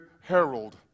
herald